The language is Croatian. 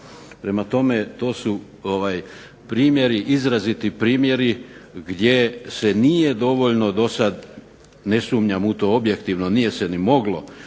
Prema tome, to su primjeri, izraziti primjeri gdje se nije dovoljno dosad, ne sumnjam u to objektivno, nije se ni moglo